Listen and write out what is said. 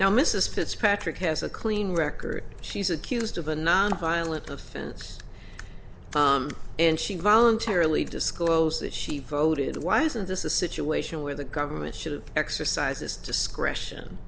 now mrs fitzpatrick has a clean record she's accused of a nonviolent offense and she voluntarily disclosed that she voted why isn't this a situation where the government should have exercises discretion